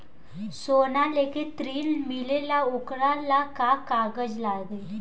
सोना लेके ऋण मिलेला वोकरा ला का कागज लागी?